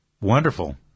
Wonderful